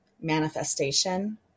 Manifestation